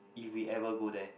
if we ever go there